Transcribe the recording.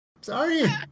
sorry